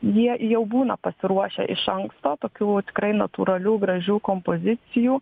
jie jau būna pasiruošę iš anksto tokių tikrai natūralių gražių kompozicijų